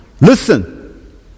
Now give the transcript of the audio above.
listen